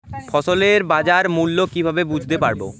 ফসলের বাজার মূল্য কিভাবে বুঝতে পারব?